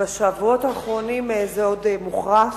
ובשבועות האחרונים זה עוד מוחרף.